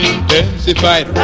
Intensified